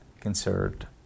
considered